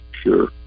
sure